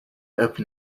open